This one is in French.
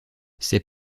c’est